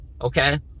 okay